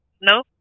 no